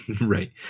Right